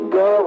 go